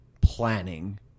planning